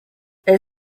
elle